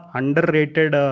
underrated